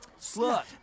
slut